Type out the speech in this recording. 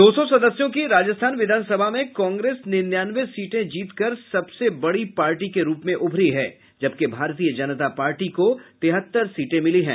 दो सौ सदस्यों की राजस्थान विधानसभा में कांग्रेस निन्यानवे सीटें जीतकर सबसे बड़ी पार्टी को रूप में उभरी है जबकि भारतीय जनता पार्टी को तिहत्तर सीटें मिली हैं